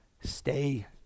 Stay